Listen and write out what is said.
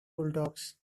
bulldogs